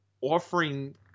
offering